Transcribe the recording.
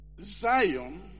Zion